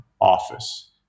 office